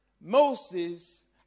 Moses